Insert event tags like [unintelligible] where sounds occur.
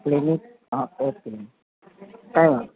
[unintelligible] okay ma'am કંઈ વાંધો